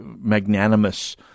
magnanimous